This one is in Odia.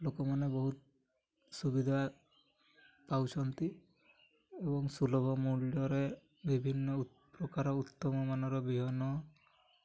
ଲୋକମାନେ ବହୁତ ସୁବିଧା ପାଉଛନ୍ତି ଏବଂ ସୁଲଭ ମୂଲ୍ୟରେ ବିଭିନ୍ନ ପ୍ରକାର ଉତ୍ତମ ମାନର ବିହନ